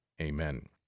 Amen